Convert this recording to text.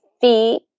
feet